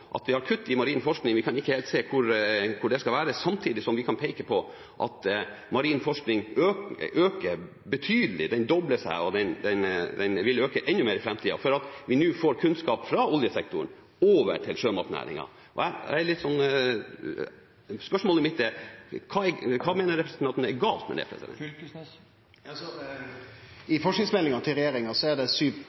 at vi har kutt i marin forskning – vi kan ikke se helt hvor det skal være – samtidig som vi kan peke på at marin forskning øker betydelig, den dobler seg, og den vil øke enda mer i framtida, fordi vi nå får kunnskap fra oljesektoren over til sjømatnæringa. Spørsmålet mitt er: Hva mener representanten er galt med dette? I forskingsmeldinga til regjeringa er det seks eller sju punkt – eg hugsar ikkje heilt kor mange det